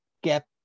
get